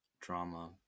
drama